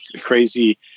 crazy